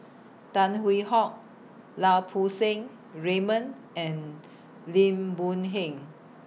Tan Hwee Hock Lau Poo Seng Raymond and Lim Boon Heng